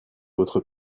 votre